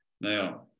Now